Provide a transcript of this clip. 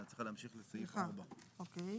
כן, את צריכה להמשיך בסעיף 4. סליחה, אוקיי.